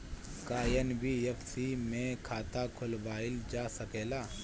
का एन.बी.एफ.सी में खाता खोलवाईल जा सकेला?